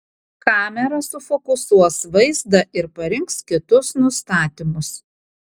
kamera sufokusuos vaizdą ir parinks kitus nustatymus